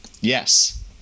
Yes